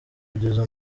kugeza